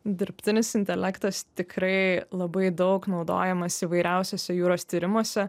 dirbtinis intelektas tikrai labai daug naudojamas įvairiausiose jūros tyrimuose